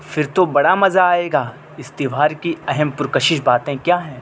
پھر تو بڑا مزہ آئے گا اس تہوار کی اہم پرکشش باتیں کیا ہیں